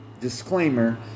disclaimer